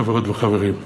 חברות וחברים.